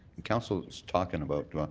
and council is talking about